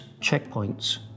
checkpoints